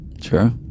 Sure